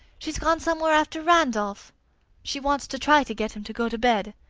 she's gone somewhere after randolph she wants to try to get him to go to bed.